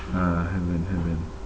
ah haven't haven't